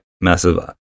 massive